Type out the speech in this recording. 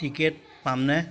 ticket পামনে